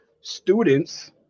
students